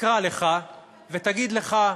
תקרא לך ותגיד לך: